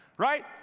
Right